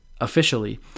Officially